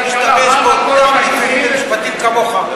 השר הקודם השתמש בביטויים ובמשפטים בדיוק כמוך.